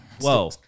whoa